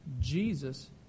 Jesus